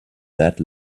that